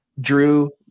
Drew